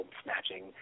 snatching